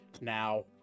now